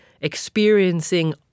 experiencing